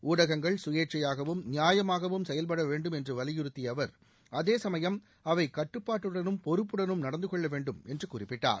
ஊடகங்கள் சுயேச்சையாகவும் நியாயமாகவும் செயல்பட வேண்டும் என்று வலியுறுத்திய அவர் அதேசமயம் அவை கட்டுப்பாட்டுடனும் பொறுப்புடனும் நடந்து கொள்ள வேண்டும் என்று குறிப்பிட்டார்